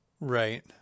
Right